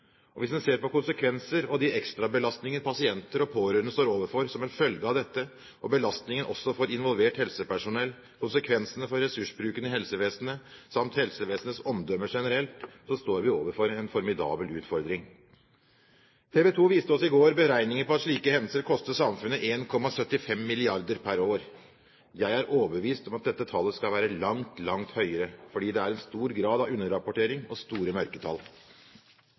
mersyklighet. Hvis en ser på konsekvenser og ekstrabelastninger pasienter og pårørende står overfor som en følge av dette, og belastningen også for involvert helsepersonell, konsekvensene for ressursbruken i helsevesenet samt helsevesenets omdømme generelt, så står vi overfor en formidabel utfordring. TV 2 viste oss i går beregninger på at slike hendelser koster samfunnet 1,75 mrd. kr per år. Jeg er overbevist om at dette tallet skal være langt, langt høyere, for det er en stor grad av underrapportering og store mørketall.